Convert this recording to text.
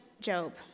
Job